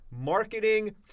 marketing